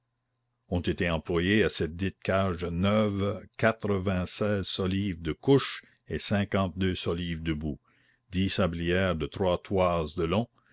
ont été employées à cette dite cage neuve quatre-vingt-seize solives de couche et cinquante-deux solives debout dix sablières de trois toises de long